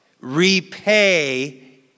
repay